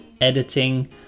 editing